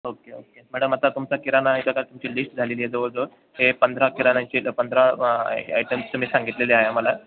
okay okay madam आता तुमचा किराणा ए बघा तुमची लिस्ट झालेली आहे जवळ जवळ हे पंधरा किराणाचे पंधरा आयटम्स तुम्ही सांगितले आहे आम्हाला